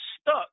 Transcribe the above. stuck